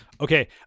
Okay